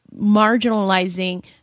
marginalizing